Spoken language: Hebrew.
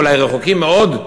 אולי רחוקים מאוד,